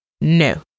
No